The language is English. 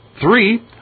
three